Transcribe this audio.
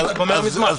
הייתי גומר מזמן.